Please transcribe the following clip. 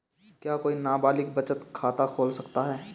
क्या कोई नाबालिग बचत खाता खोल सकता है?